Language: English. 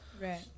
Right